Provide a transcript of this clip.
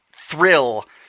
thrill